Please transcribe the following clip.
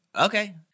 okay